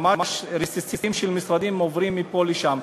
ממש רסיסים של משרדים עוברים מפה לשם,